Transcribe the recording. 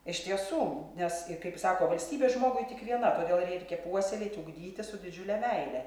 iš tiesų nes kaip ir sako valstybė žmogui tik viena todėl reikia puoselėti ugdyti su didžiule meile